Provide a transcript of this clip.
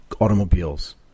automobiles